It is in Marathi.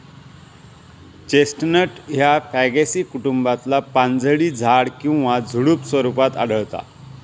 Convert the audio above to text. चेस्टनट ह्या फॅगेसी कुटुंबातला पानझडी झाड किंवा झुडुप स्वरूपात आढळता